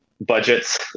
budgets